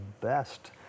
best